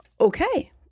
okay